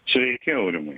sveiki aurimai